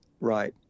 Right